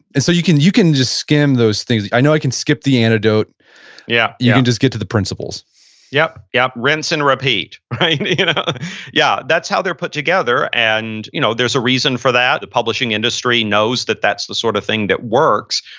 and so, you can you can just skim those things. i know i can skip the anecdote yeah you can just get to the principles yup. rinse and repeat. you know yeah. that's how they're put together. and you know there's a reason for that. the publishing industry knows that that's the sort of thing that works,